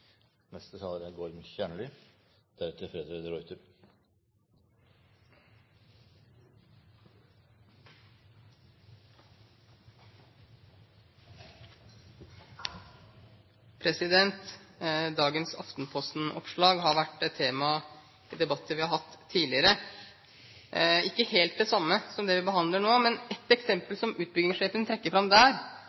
Dagens Aftenposten-oppslag har vært et tema i debatter vi har hatt tidligere. Det er ikke helt det samme som det vi behandler nå, men et eksempel som utbyggingssjefen trekker fram der,